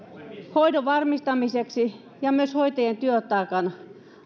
hoidon varmistamiseksi ja myös hoitajien työtaakan